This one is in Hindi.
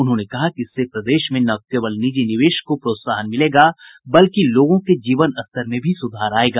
उन्होंने कहा कि इससे प्रदेश में न केवल निजी निवेश को प्रोत्साहन मिलेगा बल्कि लोगों के जीवन स्तर में भी सुधार आयेगा